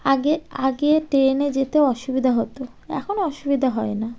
আগে আগে ট্রেনে যেতে অসুবিধা হতো এখন অসুবিধা হয় না